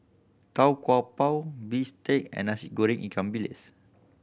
Tau Kwa Pau bistake and Nasi Goreng ikan bilis